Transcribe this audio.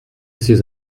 ces